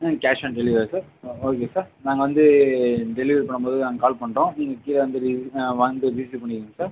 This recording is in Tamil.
ம் கேஷ் ஆன் டெலிவரியா சார் ஆ ஓகே சார் நாங்கள் வந்து டெலிவரி பண்ணும்போது நாங்கள் கால் பண்ணுறோம் நீங்கள் கீழே வந்து ரீ வந்து ரிஸீவ் பண்ணிங்க சார்